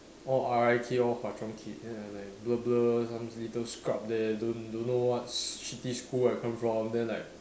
all R_I kid all Hwa-Chong kid then I like blur blur some little scrub there don't don't know what shitty school I come from then like